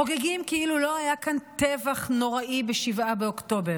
חוגגים כאילו לא היה כאן טבח נוראי ב-7 באוקטובר,